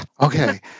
okay